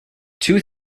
two